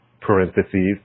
parentheses